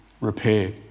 repair